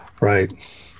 Right